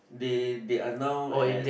they they are now at